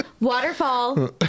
waterfall